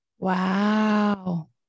Wow